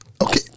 Okay